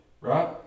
Right